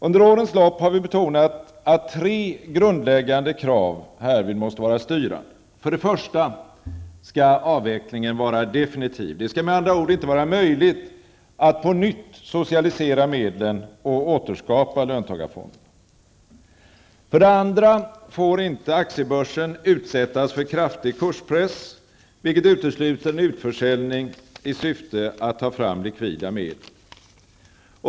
Under årens lopp har vi betonat att tre grundläggande krav härvid måste vara styrande. För det första skall avvecklingen vara definitiv. Det skall med andra ord inte vara möjligt att på nytt socialisera medlen och återskapa löntagarfonderna. För det andra får inte aktiebörsen utsättas för kraftig kurspress, vilket utesluter en utförsäljning i syfte att ta fram likvida medel.